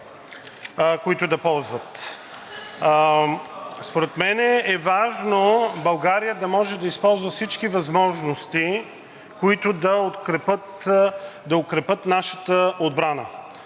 които да ползват. Според мен е важно България да може да използва всички възможности, които да укрепят нашата отбрана.